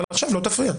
אבל עכשיו לא תפריע.